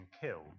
killed